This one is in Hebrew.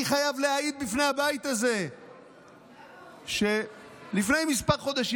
אני חייב להעיד פה בפני הבית הזה שלפני כמה חודשים